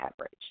average